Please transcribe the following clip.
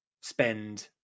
spend